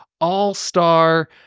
all-star